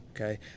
okay